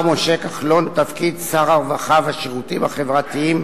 משה כחלון לתפקיד שר הרווחה והשירותים החברתיים,